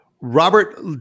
Robert